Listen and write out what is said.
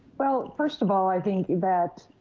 well, first of all, i think that